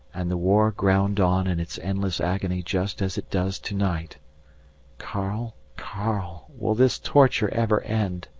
and the war ground on in its endless agony just as it does to-night karl! karl! will this torture ever end?